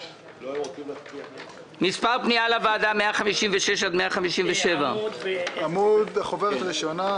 מספר פנייה לוועדה 156 157. חוברת ראשונה,